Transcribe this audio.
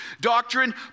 Doctrine